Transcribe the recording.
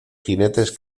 jinetes